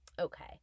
Okay